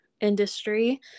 industry